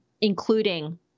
including